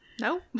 no